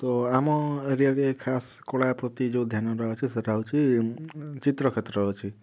ତ ଆମ ଏରିଆରେ ଖାସ କଳା ପ୍ରତି ଯେଉଁ ଧ୍ୟାନ ଟା ଅଛି ସେଇଟା ହେଉଛି ଚିତ୍ର କ୍ଷେତ୍ରରେ ଅଛି